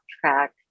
track